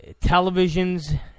televisions